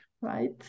right